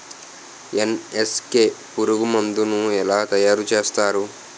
NSK పురుగు మందు ను ఎలా తయారు చేస్తారు?